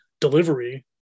delivery